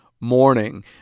morning